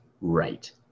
right